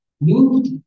moved